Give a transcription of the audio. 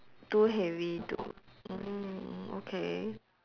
too heavy to orh okay